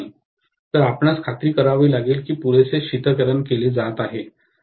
तर आपणास खात्री करावी लागेल की पुरेसे शीतकरण केले जात आहे